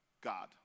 God